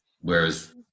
whereas